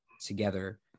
together